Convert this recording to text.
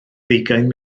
ddeugain